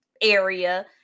area